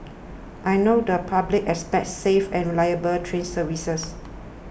I know the public expects safe and reliable train services